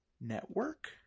Network